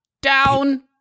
Down